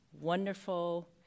wonderful